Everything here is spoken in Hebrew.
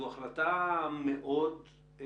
אבל זו עלות די גבוהה למלאות אותן